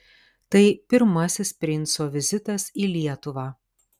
tai pirmasis princo vizitas į lietuvą